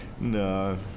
no